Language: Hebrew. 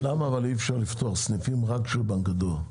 למה אי אפשר לפתוח סניפים שיהיו רק בנק הדואר?